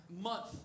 month